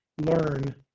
learn